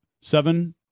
seven